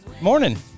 Morning